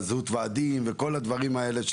זהות ועדים וכל הדברים האלה.